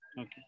Okay